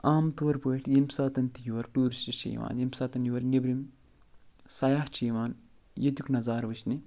عام طور پٲٹھۍ ییٚمہِ ساتَن تہِ یور ٹوٗرِشٹ یِوان ییٚمہِ ساتَن یور نیبرِم سیاح چھِ یِوان ییتیُک نظارٕ وٕچھنہِ